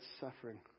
suffering